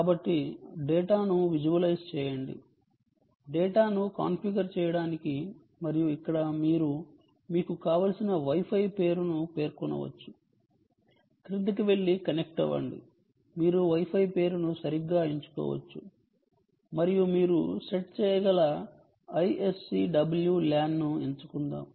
కాబట్టి డేటాను విజువలైజ్ చేయండి డేటాను కాన్ఫిగర్ చేయడానికి మరియు ఇక్కడ మీరు మీకు కావలసిన Wi Fi పేరును పేర్కొనవచ్చు క్రిందికి వెళ్ళి కనెక్ట్ అవ్వండి మీరు Wi Fi పేరును సరిగ్గా ఎంచుకోవచ్చు మరియు మీరు సెట్ చేయగల ISCWlan ను ఎంచుకుందాం